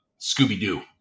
Scooby-Doo